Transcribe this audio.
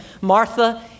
Martha